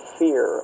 fear